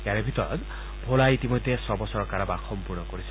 ইয়াৰে ভিতৰত ভোলাই ইতিমধ্যে ছবছৰৰ কাৰাবাস সম্পূৰ্ণ কৰিছে